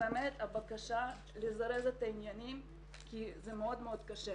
הבקשה היא לזרז את העניין כי זה מאוד מאוד קשה.